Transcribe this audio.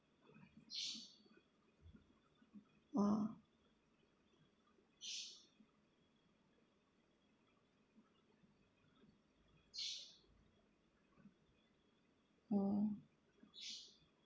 !wah! mm